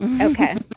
okay